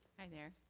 hi, there.